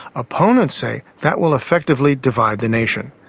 opponents say that will effectively divide the nation.